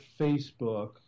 Facebook